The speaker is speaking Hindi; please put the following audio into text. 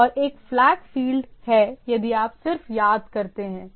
और एक फ्लैग फील्ड है यदि आप सिर्फ याद करते हैं